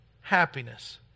happiness